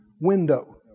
window